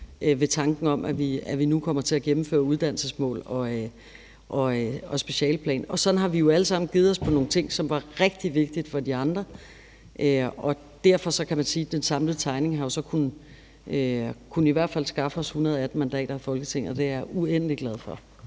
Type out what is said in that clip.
ved tanken om, at vi nu kommer til at gennemføre uddannelsesmål og specialeplan. Sådan har vi jo alle sammen givet os på nogle ting, som var rigtig vigtige for de andre. Derfor kan man sige, at den samlede tegning jo så i hvert fald har kunnet skaffe os 118 mandater i Folketinget, og det er jeg uendelig glad for.